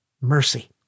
mercy